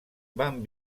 van